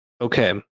Okay